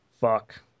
Fuck